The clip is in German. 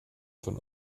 von